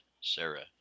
Sarah